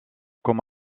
comme